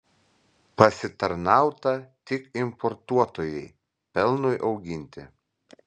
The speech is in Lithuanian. pasitarnauta tik importuotojai pelnui auginti